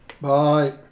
Bye